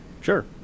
sure